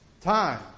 Time